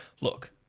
Look